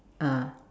ah